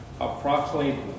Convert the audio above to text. approximately